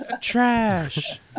Trash